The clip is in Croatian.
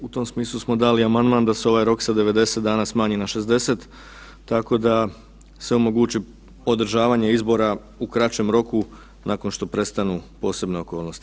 U tom smislu smo dali amandman da se ovaj rok sa 90 dana smanji na 60 tako da se omogući održavanje izbora u kraćem roku nakon što prestanu posebne okolnosti.